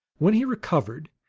when he recovered,